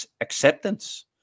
acceptance